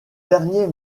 dernier